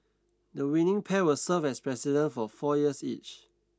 the winning pair will serve as President for four years each